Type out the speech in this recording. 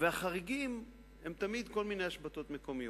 והחריגים הם תמיד כל מיני השבתות מקומיות.